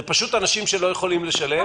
זה פשוט אנשים שלא יכולים לשלם,